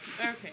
okay